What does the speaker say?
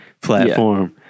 platform